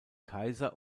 kaiser